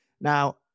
Now